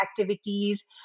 activities